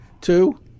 two